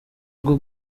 rwo